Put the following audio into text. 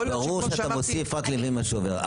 יכול להיות שכמו שאמרתי --- ברור שאתה מוסיף רק לפי מה שעובר,